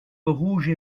rouges